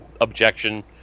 objection